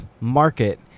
market